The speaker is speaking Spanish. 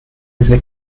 desde